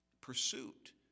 pursuit